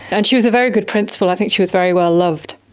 and she was a very good principal, i think she was very well loved.